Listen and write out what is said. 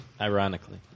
Ironically